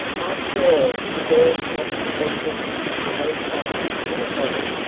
after all the girls had inspected this proposed site in a body,